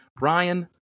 Ryan